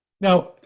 Now